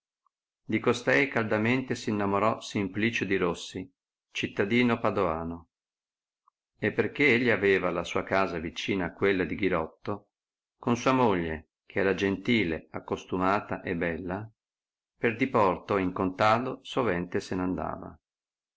di costei caldamente s innamorò simplicio di rossi cittadino padoano e perchè egli aveva la sua casa vicina a quella di ghirotto con sua moglie che era gentile accostumata e bella per diporto in contado sovente se n andava